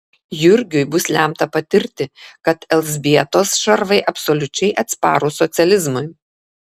jurgiui bus lemta patirti kad elzbietos šarvai absoliučiai atsparūs socializmui